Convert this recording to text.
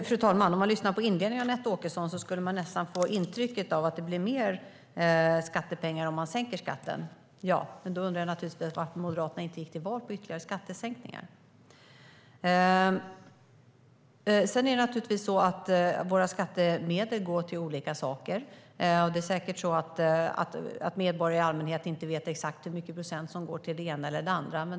Fru talman! När man lyssnar till Anette Åkessons inledning får man nästan intrycket av att det blir mer skattepengar om man sänker skatten. Då undrar jag naturligtvis varför Moderaterna inte gick till val på ytterligare skattesänkningar. Det är naturligtvis så att våra skattemedel går till olika saker, och det är säkert så att medborgare i allmänhet inte vet exakt hur många procent som går till det ena och det andra.